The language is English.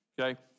okay